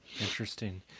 Interesting